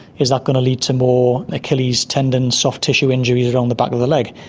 is that going to lead to more achilles tendon, soft tissue injuries around the back of the leg?